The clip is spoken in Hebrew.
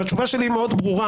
התשובה שלי היא מאוד ברורה.